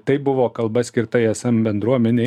tai buvo kalba skirta ism bendruomenei